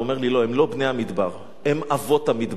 הוא אומר לי: לא, הם לא בני המדבר, הם אבות המדבר.